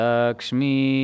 Lakshmi